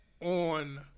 on